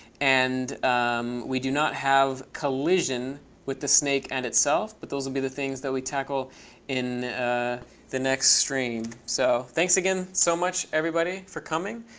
and um we do not have collision with the snake and itself. but those will be the things that we tackle in ah the next stream. so thanks again so much, everybody, for coming.